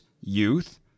Youth